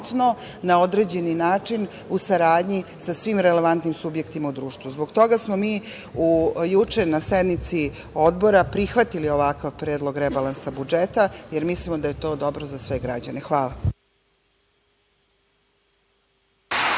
na određeni način, u saradnji sa svim relevantnim subjektima u društvu. Zbog toga smo mi juče na sednici Odbora prihvatili ovakav predlog rebalansa budžeta, jer mislimo da je to dobro za sve građane. Hvala.